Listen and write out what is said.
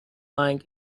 lying